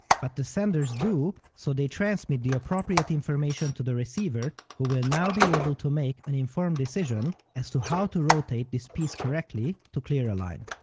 but the senders do, so they transmit the appropriate information to the receiver who will now be able to make an informed decision as to how to rotate the piece correctly to clear a line.